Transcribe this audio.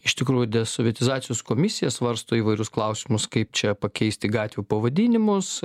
iš tikrųjų desovietizacijos komisija svarsto įvairius klausimus kaip čia pakeisti gatvių pavadinimus